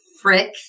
Frick